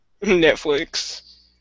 Netflix